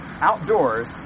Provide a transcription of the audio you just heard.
outdoors